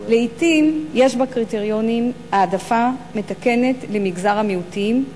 לעתים יש בקריטריונים העדפה מתקנת למגזר המיעוטים,